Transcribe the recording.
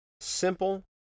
Simple